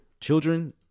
Children